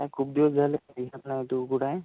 काय खूप दिवस झाले दिसत नाही तू कुठे आहे